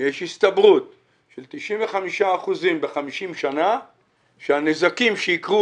יש הסתברות של 95 אחוזים ב-50 שנים שהנזקים שיקרו